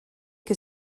que